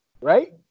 right